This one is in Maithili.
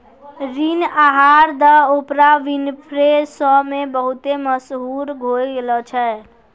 ऋण आहार द ओपरा विनफ्रे शो मे बहुते मशहूर होय गैलो छलै